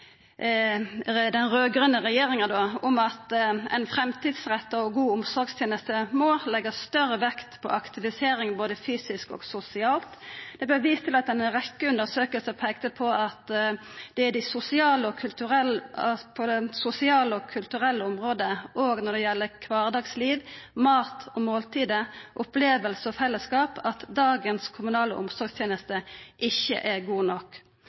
den raud-grøne regjeringa i at «en framtidsrettet og god omsorgstjeneste må legge større vekt på aktivisering, både fysisk og sosialt». Det vart vist til at ei «rekke undersøkelser tyder på at det er på det sosiale og kulturelle området og når det gjelder mat og måltider, opplevelser og fellesskap, at dagens kommunale omsorgstjeneste ikke er god nok».